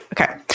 okay